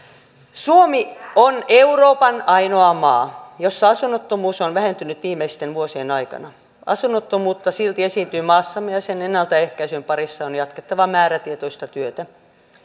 suomi on euroopan ainoa maa missä asunnottomuus on vähentynyt viimeisten vuosien aikana asunnottomuutta silti esiintyy maassamme ja sen ennaltaehkäisyn parissa on jatkettava määrätietoista työtä